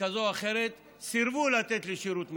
כזאת או אחרת וסירבו לתת לשירות מילואים,